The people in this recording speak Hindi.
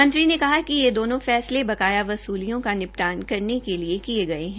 मंत्री ने कहा कि ये दोनो फैसले बकाया वसूलियों का निपटान करने के लिए किये गये है